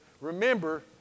Remember